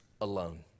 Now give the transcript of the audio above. alone